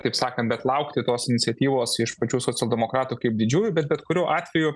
taip sakant bet laukti tos iniciatyvos iš pačių socialdemokratų kaip didžiųjų bet bet kuriuo atveju